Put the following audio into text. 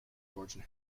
georgian